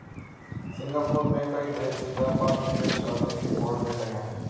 Singapore में कई देश व्यापार निवेश करने की होड़ में लगे हैं